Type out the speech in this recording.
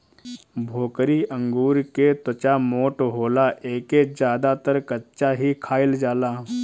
भोकरी अंगूर के त्वचा मोट होला एके ज्यादातर कच्चा ही खाईल जाला